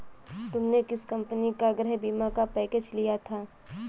तुमने किस कंपनी का गृह बीमा का पैकेज लिया था?